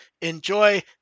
enjoy